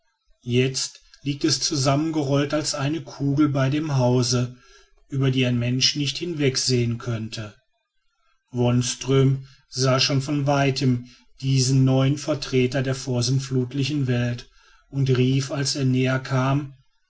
jetzt liegt es zusammengerollt als eine kugel bei dem hause über die ein mensch nicht hinwegsehen könnte wonström sah schon von weitem diesen neuen vertreter der vorsintflutlichen welt und rief als er näher kam